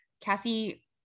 Cassie